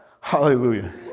Hallelujah